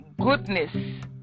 goodness